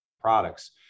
products